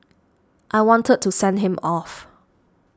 I wanted to send him off